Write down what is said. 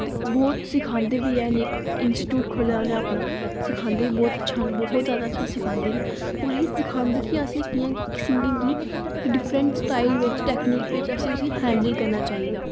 ते बहुत सिखांदे बी हैन इक इंस्टीच्यूट खोह्ल्ले दा उनें अपना सिखांदे बी बहुत अच्छा न बहुत ज्यादा अच्छा सखांदे न और अहेंगी सिखांदे कि असें किटयां सिंगिंग गी इक डिफ्रेंट स्टाइल बिच टैकनीक बिच असें उसी हैंडल करना चाहिदा